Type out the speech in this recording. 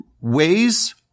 ways